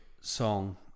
song